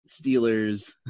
Steelers